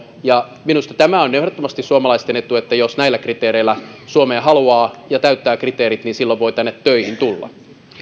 minusta tämä on ehdottomasti suomalaisten etu jos näillä kriteereillä suomeen haluaa ja täyttää kriteerit niin silloin voi tänne töihin tulla